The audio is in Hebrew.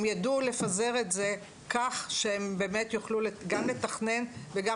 הם ידעו לפזר את זה כך שהם באמת יוכלו גם לתכנן וגם